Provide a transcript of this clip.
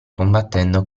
combattendo